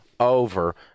over